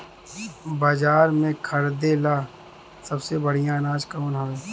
बाजार में खरदे ला सबसे बढ़ियां अनाज कवन हवे?